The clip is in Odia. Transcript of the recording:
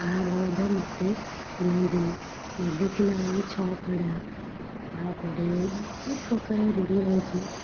ଆ ବଳଦ ମୋତେ ବିନ୍ଧ ନ ଦେଖିଲା ଓଉ ଛଅ ଫଡ଼ା ତା'ପରେ ବହୁତ ପ୍ରକାର ରୂଢ଼ି ରହିଛି